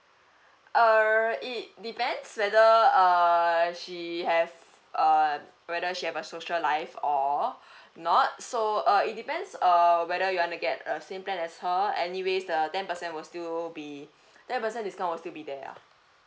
err it depends whether err she has err whether she have a social life or not so uh it depends err whether you wanna get a same plan as her anyways the ten percent will still be ten percent discount will still be there ah